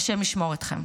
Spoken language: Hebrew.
והשם ישמור אתכם.